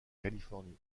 californie